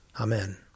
Amen